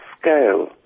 scale